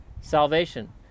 Salvation